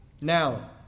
Now